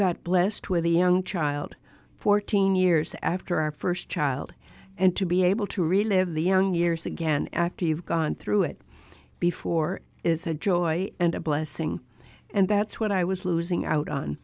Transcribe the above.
got blessed with a young child fourteen years after our first child and to be able to relive the young years again after you've gone through it before is a joy and a blessing and that's what i was losing out on